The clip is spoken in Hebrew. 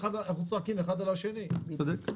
בבקשה.